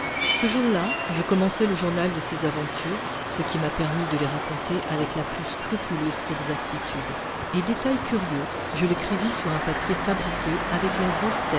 ce jour-là je commençai le journal de ces aventures ce qui m'a permis de les raconter avec la plus scrupuleuse exactitude et détail curieux je l'écrivis sur un papier fabriqué avec la